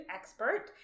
expert